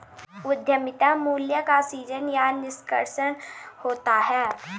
उद्यमिता मूल्य का सीजन या निष्कर्षण होता है